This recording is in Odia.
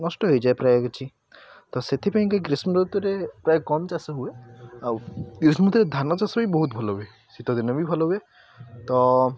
ନଷ୍ଟ ହୋଇଯାଏ ପ୍ରାୟ କିଛି ତ ସେଥିପାଇଁ କି ଗ୍ରୀଷ୍ମ ରୁତୁରେ ପ୍ରାୟ କମ୍ ଚାଷ ହୁଏ ଆଉ ଗ୍ରୀଷ୍ମ ରୁତୁରେ ଧାନ ଚାଷ ବି ବହୁତ ଭଲ ହୁଏ ଶୀତ ଦିନେ ବି ଭଲ ହୁଏ ତ